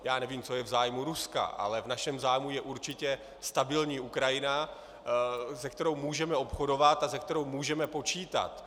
Já nevím, co je v zájmu Ruska, ale v našem zájmu je určitě stabilní Ukrajina, se kterou můžeme obchodovat a se kterou můžeme počítat.